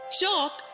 chalk